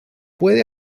puede